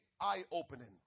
eye-opening